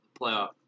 playoff